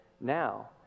now